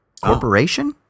Corporation